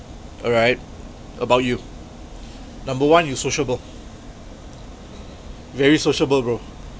alright about you number one you're sociable very sociable bro